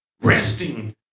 resting